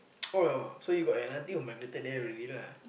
oh so you got an auntie who migrated there already lah